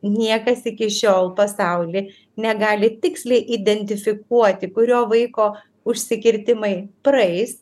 niekas iki šiol pasauly negali tiksliai identifikuoti kurio vaiko užsikirtimai praeis